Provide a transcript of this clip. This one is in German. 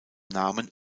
namen